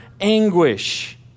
anguish